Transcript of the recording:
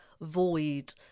void